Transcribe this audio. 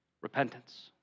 Repentance